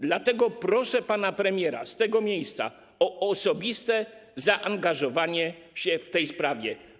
Dlatego proszę pana premiera z tego miejsca o osobiste zaangażowanie w tej sprawie.